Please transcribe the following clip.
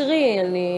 והאחראים לדורות הבאים,